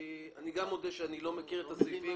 כי אני גם מודה שאני לא מכיר את הסעיפים